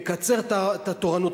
נקצר את התורנות,